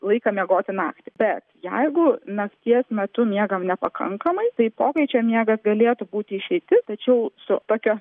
laiką miegoti naktį bet jeigu nakties metu miegam nepakankamai tai pokaičio miegas galėtų būti išeitis tačiau su tokiu